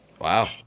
Wow